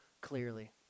clearly